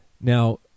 Now